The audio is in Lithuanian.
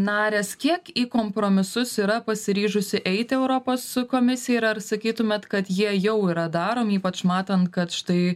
narės kiek į kompromisus yra pasiryžusi eiti europos komisija ir ar sakytumėt kad jie jau yra daromi ypač matant kad štai